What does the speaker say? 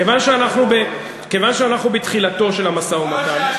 כיוון שאנחנו בתחילתו של המשא-ומתן,